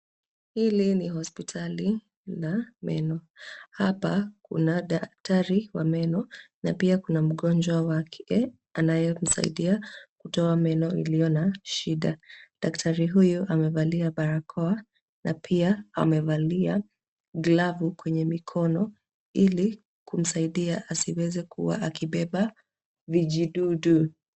Hili ni hospitali la meno. Hapa kuna daktari wa meno, na pia kuna mgonjwa wake, anayemsaidia kutoa meno iliyo na shida. Daktari huyu amevalia barakoa na pia amevalia glavu kwenye mikono, hili kumsaidia asiweze kuwa akibeba vijidudu.